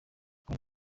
kuba